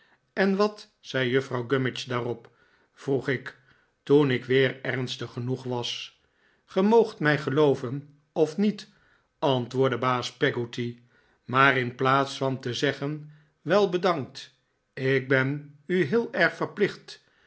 en wat zei vrouw gummidge daarop vroeg ik toen ik weer ernstig genoeg was ge moogt mij gelooven of niet antwoordde baas peggotty maar in plaats van te zeggen wel bedankt ik ben u heel erg verplicht